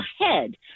ahead